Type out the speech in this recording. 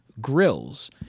Grills